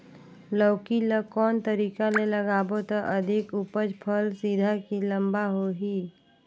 लौकी ल कौन तरीका ले लगाबो त अधिक उपज फल सीधा की लम्बा होही?